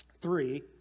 Three